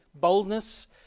boldness